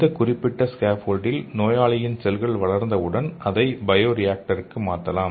இந்த குறிப்பிட்ட ஸ்கேப்போல்டில் நோயாளியின் செல்கள் வளர்ந்தவுடன் அதை பயோரியாக்டருக்கு மாற்றலாம்